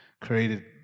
created